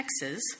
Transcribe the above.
Texas